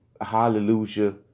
Hallelujah